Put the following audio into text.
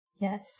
Yes